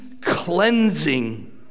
cleansing